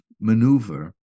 maneuver